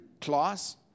class